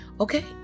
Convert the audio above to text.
Okay